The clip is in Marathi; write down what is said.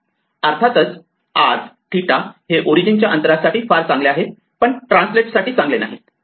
आता अर्थातच r 𝜭 हे O च्या अंतरासाठी फारच चांगले आहे पण ट्रान्सलेट साठी चांगले नाही